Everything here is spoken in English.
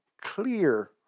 clear